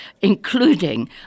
including